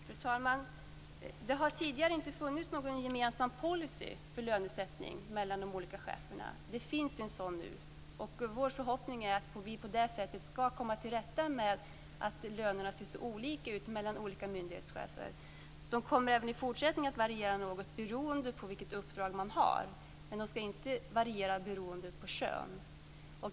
Fru talman! Det har tidigare inte funnits någon gemensam policy för lönesättning mellan de olika cheferna. Det finns en sådan nu. Vår förhoppning är att vi på det sättet skall komma till rätta med problemet att lönerna är så olika för olika myndighetschefer. De kommer även i fortsättningen att variera något beroende på vilket uppdrag chefen har, men de skall inte variera beroende på kön.